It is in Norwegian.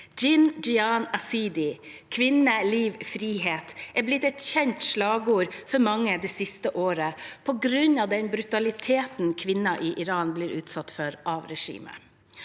«Jin, jiyan, azadi» – kvinne, liv, frihet – er blitt et kjent slagord for mange det siste året, på grunn av den brutaliteten kvinner i Iran blir utsatt for av regimet.